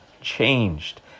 changed